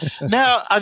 now